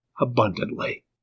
abundantly